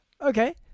Okay